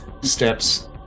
steps